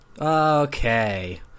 Okay